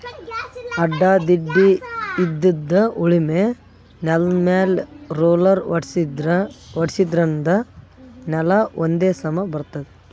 ಅಡ್ಡಾ ತಿಡ್ಡಾಇದ್ದಿದ್ ಉಳಮೆ ನೆಲ್ದಮ್ಯಾಲ್ ರೊಲ್ಲರ್ ಓಡ್ಸಾದ್ರಿನ್ದ ನೆಲಾ ಒಂದ್ ಸಮಾ ಬರ್ತದ್